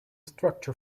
structure